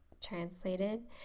translated